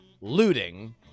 looting